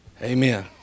Amen